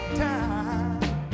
time